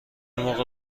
موقع